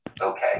Okay